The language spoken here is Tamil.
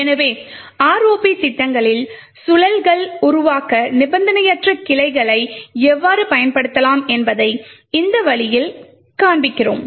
எனவே ROP திட்டங்களில் சுழல்களை உருவாக்க நிபந்தனையற்ற கிளைகளை எவ்வாறு பயன்படுத்தலாம் என்பதை இந்த வழியில் காண்பிக்கிறோம்